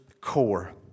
core